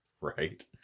right